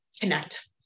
connect